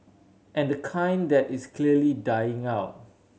and the kind that is clearly dying out